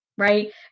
Right